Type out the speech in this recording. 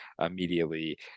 immediately